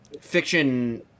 fiction